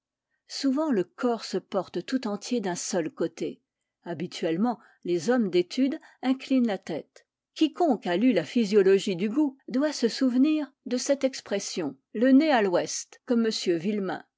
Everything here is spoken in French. souvent le corps se porte tout entier d'un seul côté habituellement les hommes d'étude inclinent la tête quiconque a lu la physiologie du goût doit se souvenir de cette expression le nez à vouest comme